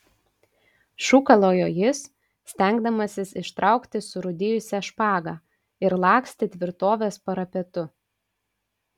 šūkalojo jis stengdamasis ištraukti surūdijusią špagą ir lakstė tvirtovės parapetu